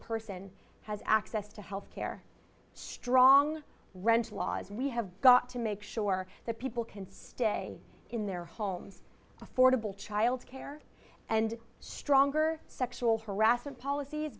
person has access to health care strong rental laws we have got to make sure that people can stay in their homes affordable child care and stronger sexual harassment polic